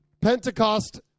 Pentecost